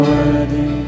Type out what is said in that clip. Worthy